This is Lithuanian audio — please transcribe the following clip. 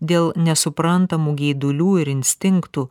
dėl nesuprantamų geidulių ir instinktų